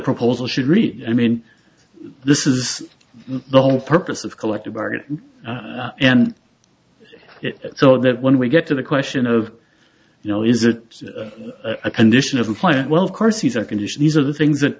proposal should reach i mean this is the whole purpose of collective bargain and so that when we get to the question of you know is it a condition of the plan well of course these are condition these are the things that